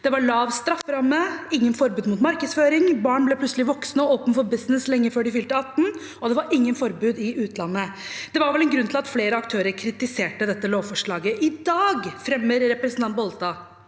Det var lav strafferamme, ingen forbud mot markedsføring – barn ble plutselig voksne og «open for business» lenge før de fylte 18 – og det var ingen forbud i utlandet. Det var vel en grunn til at flere aktører kritiserte dette lovforslaget. I dag fremmer representanten Bollestad